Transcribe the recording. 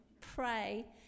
pray